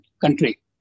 country